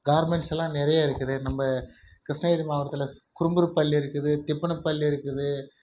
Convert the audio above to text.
கார்மெண்ட்ஸெல்லாம் நிறையா இருக்குது நம்ப கிருஷ்ணகிரி மாவட்டத்தில் குறும்புருப்பள்ளி இருக்குது திப்பனப்பள்ளி இருக்குது